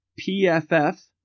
PFF